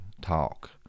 talk